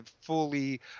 fully